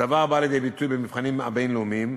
הדבר בא לידי ביטוי במבחנים הבין-לאומיים.